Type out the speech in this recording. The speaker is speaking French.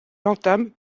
entame